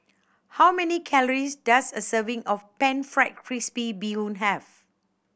how many calories does a serving of Pan Fried Crispy Bee Hoon have